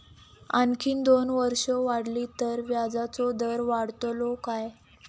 आणखी दोन वर्षा वाढली तर व्याजाचो दर वाढतलो काय?